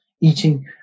eating